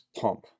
pump